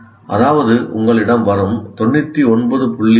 அதாவது உங்களிடம் வரும் 99